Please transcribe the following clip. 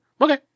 Okay